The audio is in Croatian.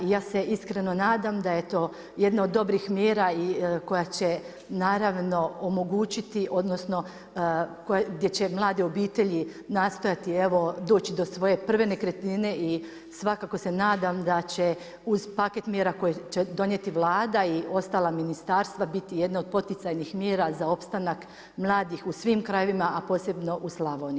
Ja se iskreno nadam da je to jedna od dobrih mjera koja će naravno omogućiti odnosno gdje će mlade obitelji nastojati evo doći do svoje prve nekretnine i svakako se nadam da će uz paket mjera koje će donijeti Vlada i ostala ministarstva biti jedne od poticajnih mjera za opstanak mladih u svim krajevima, a posebno u Slavoniji.